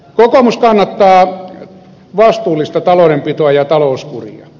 kokoomus kannattaa vastuullista taloudenpitoa ja talouskuria